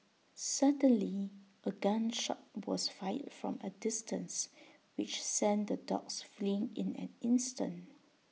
suddenly A gun shot was fired from A distance which sent the dogs fleeing in an instant